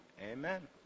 Amen